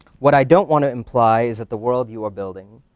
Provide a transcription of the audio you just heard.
what i don't want to imply is that the world you are building,